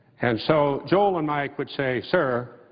and so joel and mike would say sir,